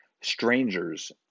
Strangers